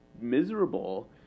miserable